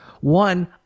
One